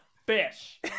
fish